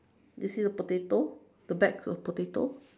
do you see the potato the bags of potato